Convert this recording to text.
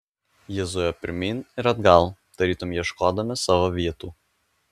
jie zujo pirmyn ir atgal tarytum ieškodami savo vietų